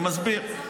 אני מסביר.